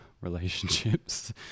relationships